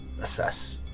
assess